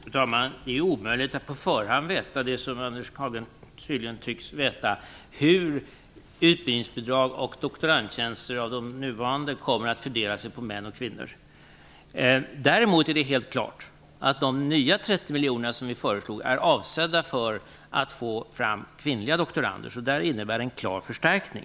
Fru talman! Det är omöjligt att på förhand veta det som Andreas Carlgren tydligen tycks veta, nämligen hur utbildningsbidrag och doktorandtjänster kommer att fördela sig på män och kvinnor. Däremot är det helt klart att de nya 30 miljoner som vi föreslår är avsedda för att få fram kvinnliga doktorander. Det innebär en klar förstärkning.